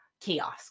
kiosk